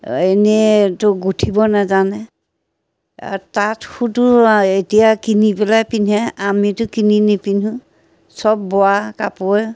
এনেইতো গোঁঠিব নাজানে তাঁত সূতো এতিয়া কিনি পেলাই পিন্ধে আমিতো কিনি নিপিন্ধোঁ চব বোৱা কাপোৰে